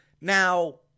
Now